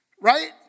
Right